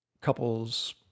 couples